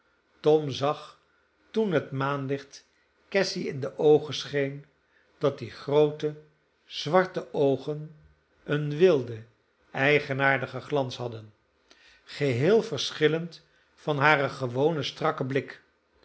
tom zag toen het maanlicht cassy in de oogen scheen dat die groote zwarte oogen een wilden eigenaardigen glans hadden geheel verschillend van hare gewone strakke blik